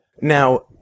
Now